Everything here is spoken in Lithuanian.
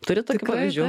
turi tokių pavyzdžių